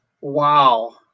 Wow